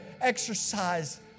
exercise